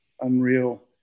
unreal –